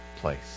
place